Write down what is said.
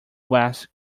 west